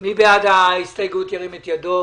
מי בעד ההסתייגות ירים את ידו.